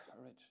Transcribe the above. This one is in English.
courage